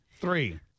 three